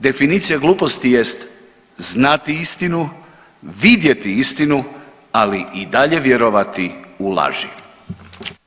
Definicija gluposti jest znati istinu, vidjeti istinu ali i dalje vjerovati u laži.